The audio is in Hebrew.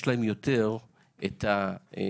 יש להם יותר את הידע.